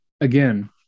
again